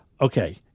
Okay